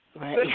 Right